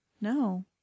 No